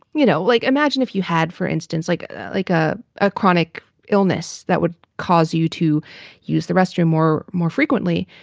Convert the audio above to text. you know, like imagine if you had, for instance, like like a a chronic illness that would cause you to use the restroom more more frequently.